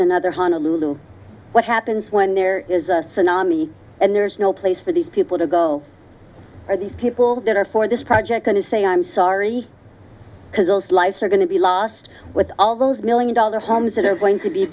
another honolulu what happens when there is a tsunami and there's no place for these people to go or these people that are for this project going to say i'm sorry because those lives are going to be lost with all those million dollar homes that are going to be